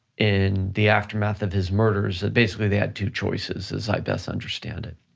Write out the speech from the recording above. in the aftermath of his murders, that basically, they had two choices, as i best understand it,